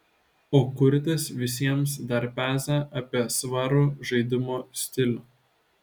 o kurtis visiems dar peza apie svarų žaidimo stilių